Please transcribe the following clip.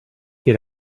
get